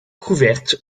couverte